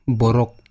borok